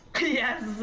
Yes